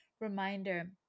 reminder